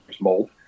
mold